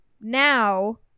now